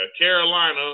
Carolina